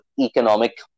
economic